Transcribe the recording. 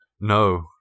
no